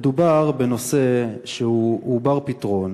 מדובר בנושא שהוא בר-פתרון